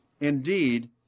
Indeed